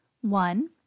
One